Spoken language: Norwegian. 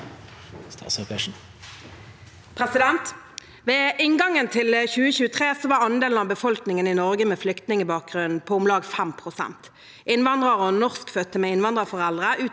Ved inn- gangen til 2023 var andelen av befolkningen i Norge med flyktningbakgrunn på om lag 5 pst. Innvandrere og norskfødte med innvandrerforeldre